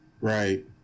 Right